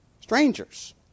Strangers